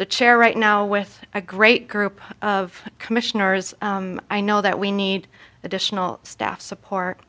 the chair right now with a great group of commissioners i know that we need additional staff support